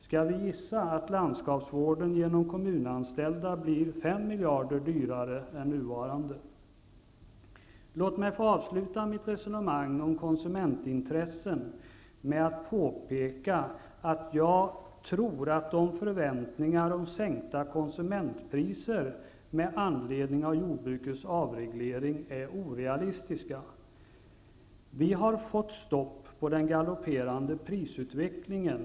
Skall vi gissa att landskapsvården, genom att den kommer att skötas av kommunanställda, blir 5 Låt mig få avsluta mitt resonemang om konsumentintressen med att påpeka att jag tror att förväntningar om sänkta konsumentpriser med anledning av jordbrukets avreglering är orealistiska. Vi har fått stopp på den galopperande prisutvecklingen.